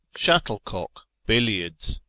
shuttlecock, billiards,